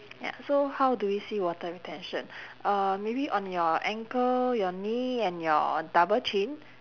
ya so how do we see water retention uh maybe on your ankle your knee and your double chin